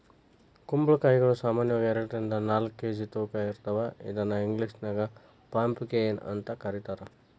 ಕುಂಬಳಕಾಯಿಗಳು ಸಾಮಾನ್ಯವಾಗಿ ಎರಡರಿಂದ ನಾಲ್ಕ್ ಕೆ.ಜಿ ತೂಕ ಇರ್ತಾವ ಇದನ್ನ ಇಂಗ್ಲೇಷನ್ಯಾಗ ಪಂಪಕೇನ್ ಅಂತ ಕರೇತಾರ